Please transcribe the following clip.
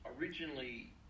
originally